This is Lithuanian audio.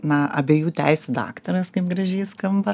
na abiejų teisių daktaras kaip gražiai skamba